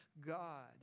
God